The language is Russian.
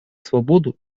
свободу